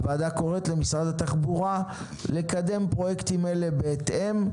הוועדה קוראת למשרד התחבורה לקדם פרויקטים אלה בהתאם".